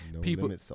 people